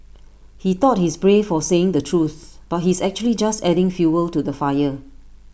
he thought he's brave for saying the truth but he's actually just adding fuel to the fire